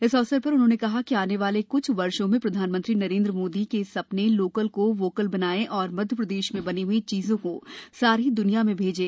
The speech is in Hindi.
इस अवसर पर उन्होंने कहा कि आने वाले कुछ वर्षो में प्रधानमंत्री नरेंद्र मोदी जी के सपने लोकल को वोकल बनाएं और मप्र में बनीं हई चीजों को सारी द्निया में भेजें